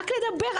רק לדבר,